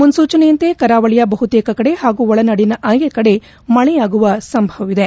ಮುನೂಚನೆಯಂತೆ ಕರಾವಳಿಯ ಬಹುತೇಕ ಕಡೆ ಹಾಗೂ ಒಳನಾಡಿನ ಅನೇಕ ಕಡೆ ಮಳೆಯಾಗುವ ಸಂಭವವಿದೆ